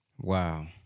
wow